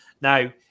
now